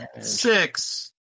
Six